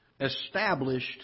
established